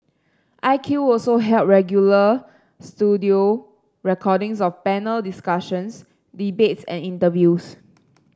I Q also held regular studio recordings of panel discussions debates and interviews